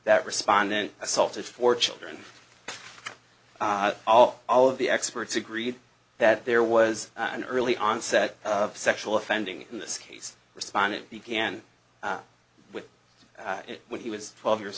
that respondent assaulted four children all all of the experts agreed that there was an early onset of sexual offending in this case respondent began with when he was twelve years